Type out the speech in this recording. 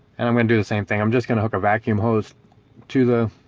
and i'm gonna do the same thing i'm just gonna hook a vacuum hose to the